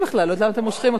אבל אתם מושכים אותי לזה.